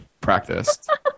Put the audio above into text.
practiced